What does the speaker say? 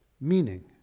Meaning